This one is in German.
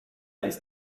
ist